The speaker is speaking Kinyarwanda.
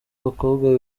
abakobwa